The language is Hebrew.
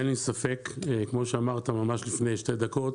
אין לי ספק, כמו שאמרת ממש לפני שתי דקות,